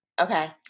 Okay